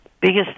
biggest